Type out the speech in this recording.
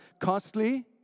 costly